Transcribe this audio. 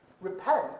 repent